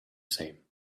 same